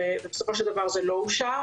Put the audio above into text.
ובסופו של דבר זה לא אושר.